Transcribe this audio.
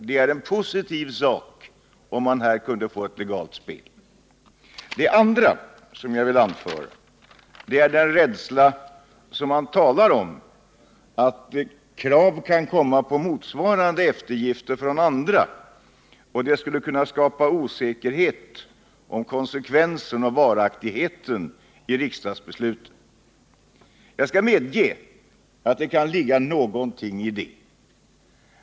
Det är en positiv sak om man här kan få till stånd ett legalt spel. Man anför också att krav kan ställas på motsvarande eftergifter från andra. Det skulle kunna skapa osäkerhet om konsekvensen och varaktigheten i riksdagsbesluten. Jag skall medge att det kan ligga någonting i det.